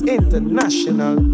International